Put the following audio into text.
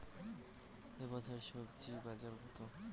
এ বছর স্বজি বাজার কত?